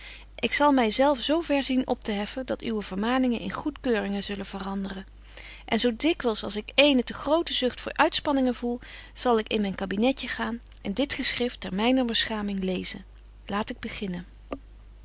ik zal my zelf zo ver zien opteheffen dat uwe vermaningen in goedkeuringen zullen veranderen en zo dikwyls als ik eene te grote zucht voor uitspanningen voel zal ik in myn kabinetje gaan en dit geschrift ter myner beschaming lezen laat ik beginnen